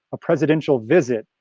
a presidential visit.